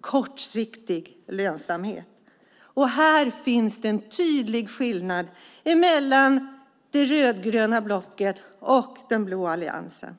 kortsiktig lönsamhet. Här finns en tydlig skillnad mellan det rödgröna blocket och den blå alliansen.